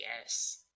Yes